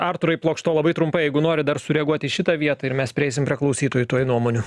artūrai plokšto labai trumpai jeigu norit dar sureaguoti į šitą vietą ir mes prieisim prie klausytojų tuoj nuomonių